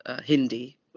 Hindi